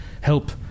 help